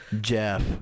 Jeff